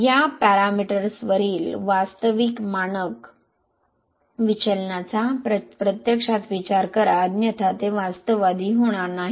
या पॅरामीटर्सवरील वास्तविक मानक विचलनाचा प्रत्यक्षात विचार करा अन्यथा ते वास्तववादी होणार नाही